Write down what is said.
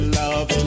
love